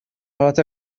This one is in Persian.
حالت